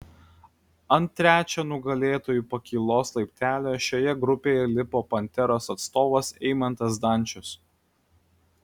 ant trečio nugalėtojų pakylos laiptelio šioje grupėje lipo panteros atstovas eimantas zdančius